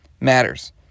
matters